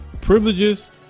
privileges